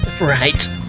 Right